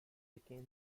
became